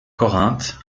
corinthe